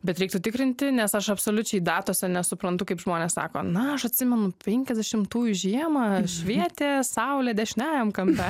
bet reiktų tikrinti nes aš absoliučiai datose nesuprantu kaip žmonės sako na aš atsimenu penkiasdešimtųjų žiemą švietė saulė dešiniajam kampe